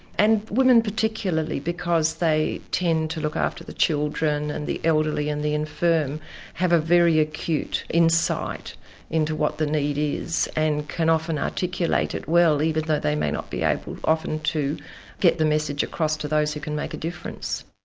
and women particularly because they tend to look after the children, and the elderly, and the infirm have a very acute insight into what the need is and can often articulate it well, even though they may not be able often to get the message across to those who can make a difference.